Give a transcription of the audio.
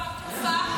כבר תקופה,